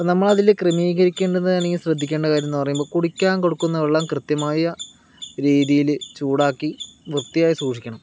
നമ്മൾ അതിൽ ക്രമീകരിക്കേണ്ടത് അല്ലെങ്കിൽ ശ്രദ്ധിക്കേണ്ട കാര്യം എന്ന് പറയുമ്പോൾ കുടിക്കാൻ കൊടുക്കുന്ന വെള്ളം കൃത്യമായ രീതിയില് ചൂടാക്കി വൃത്തിയായി സൂക്ഷിക്കണം